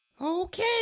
Okay